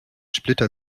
splitter